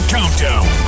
Countdown